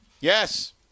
Yes